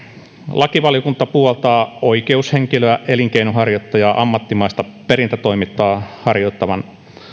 lakivaliokunta puoltaa oikeushenkilöä elinkeinonharjoittajaa ammattimaista perintätoimintaa harjoittavaa